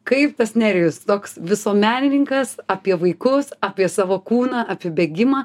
kaip tas nerijus toks visuomenininkas apie vaikus apie savo kūną apie bėgimą